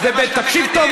זה מה שאתם מקדמים.